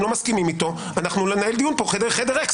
לא מסכימים איתו אנחנו ננהל פה דיון בחדר ריק.